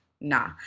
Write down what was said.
nah